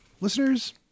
Listeners